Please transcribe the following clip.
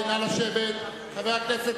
חבר הכנסת